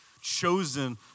chosen